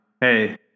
hey